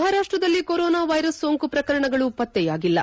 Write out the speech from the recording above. ಮಹಾರಾಷ್ಟದಲ್ಲಿ corona virus ಸೋಂಕು ಪ್ರಕರಣಗಳು ಪತ್ತೆಯಾಗಿಲ್ಲ